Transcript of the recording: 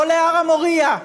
לא להר המוריה,